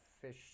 fish